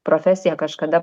profesiją kažkada